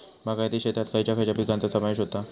बागायती शेतात खयच्या खयच्या पिकांचो समावेश होता?